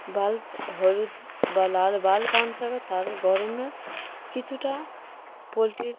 bulb হলুদ বা লাল বাল্ব আনতে হবে তার গরমে কিছুটা পোলট্রির